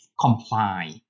comply